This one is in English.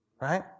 right